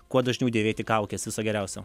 kuo dažniau dėvėti kaukes viso geriausio